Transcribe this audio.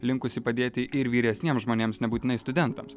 linkusi padėti ir vyresniems žmonėms nebūtinai studentams